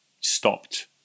stopped